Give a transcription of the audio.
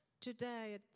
today